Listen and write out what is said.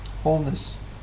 wholeness